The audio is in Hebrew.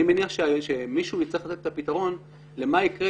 אני מניח שמישהו יצטרך לתת את הפתרון למה יקרה